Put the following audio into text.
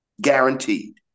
Guaranteed